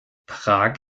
prag